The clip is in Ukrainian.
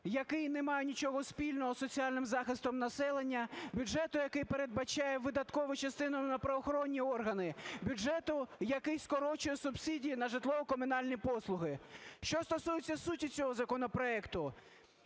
який не має нічого спільного з соціальним захистом населення, бюджету, який передбачає видаткову частину на правоохоронні органи, бюджету, який скорочує субсидії на житлово-комунальні послуги. Що стосується суті цього законопроекту.